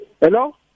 Hello